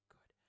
Good